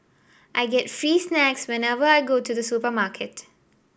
I get free snacks whenever I go to the supermarket